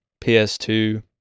PS2